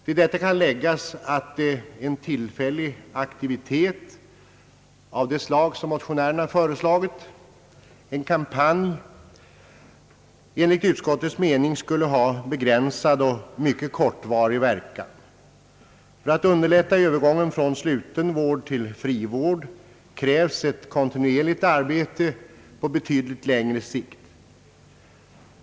Till detta kan läggas att en tillfällig aktivitet av det slag som motionärerna föreslagit, nämligen en kampanj, enligt utskottets mening skulle ha en begrän sad och mycket kortvarig verkan. För att underlätta övergången från sluten vård till frivård krävs ett kontinuerligt arbete på betydligt längre sikt.